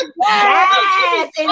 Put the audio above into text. Yes